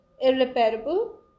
irreparable